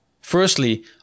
Firstly